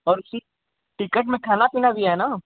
और उसी टिकट में खाना पीना भी है न